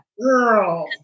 Girl